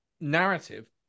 narrative